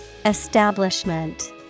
Establishment